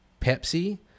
pepsi